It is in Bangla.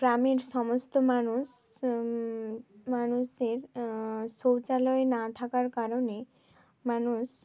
গ্রামের সমস্ত মানুষ মানুষের শৌচালয় না থাকার কারণে মানুষ